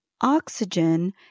oxygen